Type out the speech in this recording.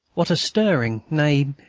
what a stirring, nay,